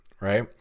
right